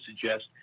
suggest